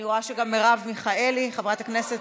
אני רואה שגם מרב מיכאלי, חברת הכנסת,